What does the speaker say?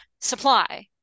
supply